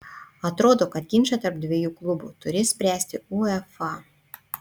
atrodo kad ginčą tarp dviejų klubų turės spręsti uefa